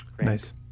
Nice